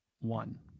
one